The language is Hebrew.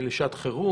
לשעת חירום.